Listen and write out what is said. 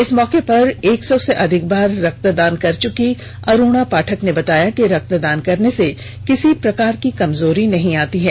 इस मौके पर एक सौ से अधिक बार रक्तदान कर चुकी अरुण पाठक ने बताया कि रक्तदान करने से किसी प्रकार की कमजोरी नहीं आती है